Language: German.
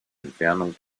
entfernung